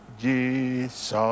Jesus